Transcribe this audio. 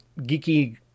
geeky